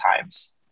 times